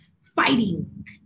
fighting